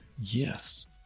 yes